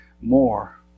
more